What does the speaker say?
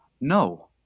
No